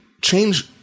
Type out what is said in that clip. Change